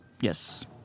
Yes